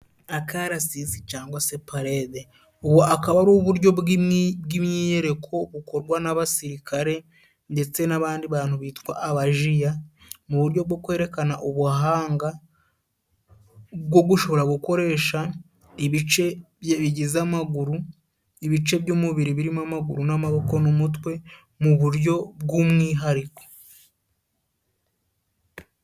Akarasisi cyangwa se paledi. Ubu akaba ari uburyo bw'imyiyereko bukorwa n'abasirikare ndetse n'abandi bantu bitwa abajiya, mu buryo bwo kwerekana ubuhanga bwo gushobora gukoresha ibice bigize amaguru, ibice by'umubiri birimo amaguru n'amaboko n'umutwe, mu buryo bw'umwihariko.